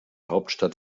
hauptstadt